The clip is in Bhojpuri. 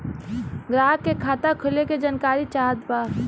ग्राहक के खाता खोले के जानकारी चाहत बा?